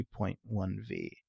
2.1V